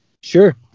Sure